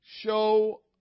show